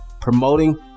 promoting